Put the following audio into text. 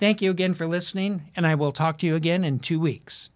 thank you again for listening and i will talk to you again in two weeks